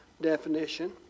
definition